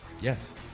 Yes